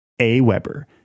AWeber